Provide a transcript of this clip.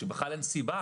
כאשר בכלל אין סיבה